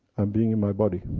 um being in my body.